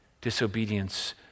Disobedience